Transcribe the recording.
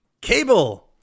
cable